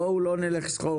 בואו לא נלך סחור-סחור.